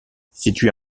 situé